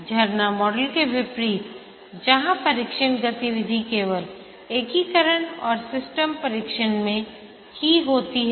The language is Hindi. झरना मॉडल के विपरीत जहां परीक्षण गतिविधियां केवल एकीकरण और सिस्टम परीक्षण में ही होती है